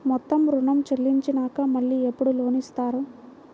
మొత్తం ఋణం చెల్లించినాక మళ్ళీ ఎప్పుడు లోన్ ఇస్తారు?